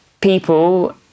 People